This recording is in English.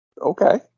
Okay